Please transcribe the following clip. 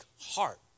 heart